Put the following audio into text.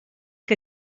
que